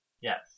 Yes